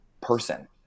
person